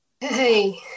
Hey